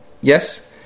Yes